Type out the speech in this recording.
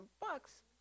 bucks